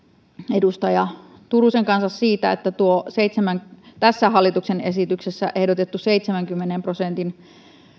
edustaja turusen kanssa siitä että tässä hallituksen esityksessä ehdotettu seitsemänkymmenen prosentin